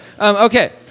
okay